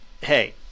hey